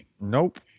Nope